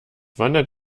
wandert